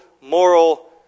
moral